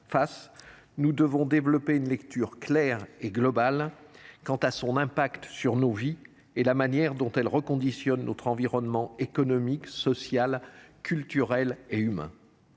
nous devons développer une lecture claire et globale quant à son impact sur nos vies et la manière dont il reconditionne notre environnement économique, social, culturel et humain.